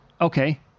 Okay